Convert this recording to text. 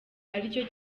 aricyo